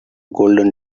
golden